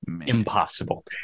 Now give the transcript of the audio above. Impossible